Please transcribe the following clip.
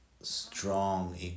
Strong